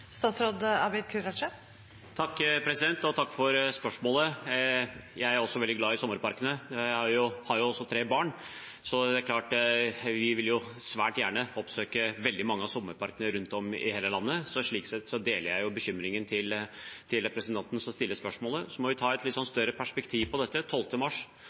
Takk for spørsmålet. Jeg er også veldig glad i sommerparkene. Jeg har tre barn, og det er klart at vi svært gjerne vil oppsøke veldig mange av sommerparkene rundt om i hele landet. Slik sett deler jeg bekymringen til representanten som stiller spørsmålet. Vi må ha et litt større perspektiv på dette. Den 12. mars